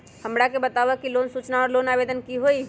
हमरा के बताव कि लोन सूचना और लोन आवेदन की होई?